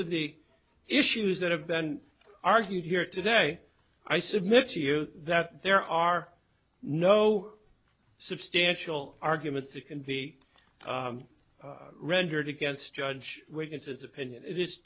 of the issues that have been argued here today i submit to you that there are no substantial arguments that can be rendered against judge witnesses opinion it